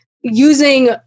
using